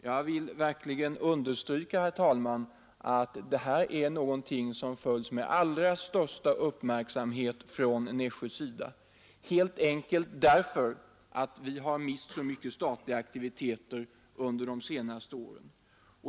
Jag vill verkligen understryka att detta är någonting som följs med allra största uppmärksamhet från Nässjös sida, helt enkelt därför att vi har mist så många statliga aktiviteter under de senaste åren.